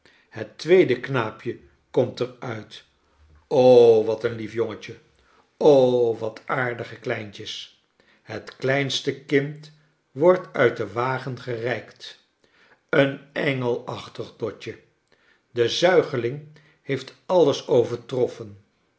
het tweede knaapje komt er uit wat een lief jongetje wat aardige kleintjes het kleinste kind wordt uit den wagen gereikt een engelachtig dotje de zuigeling heeft alles overtroffen